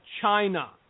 China